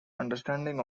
understanding